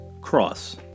cross